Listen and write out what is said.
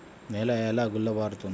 నేల ఎలా గుల్లబారుతుంది?